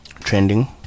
trending